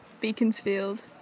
Beaconsfield